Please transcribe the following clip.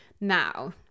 Now